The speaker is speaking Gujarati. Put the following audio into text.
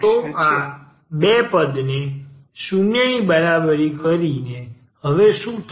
તો આ બે પદને 0 ની બરાબર કરીને હવે શું થશે